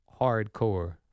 hardcore